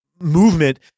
movement